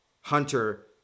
Hunter